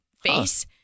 face